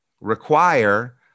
require